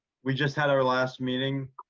we just had our last meeting